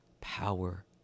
power